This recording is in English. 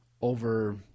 over